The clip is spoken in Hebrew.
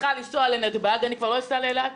צריכה לנסוע לנתב"ג אני כבר לא אסע לאילת,